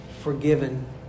forgiven